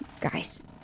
guys